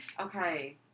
Okay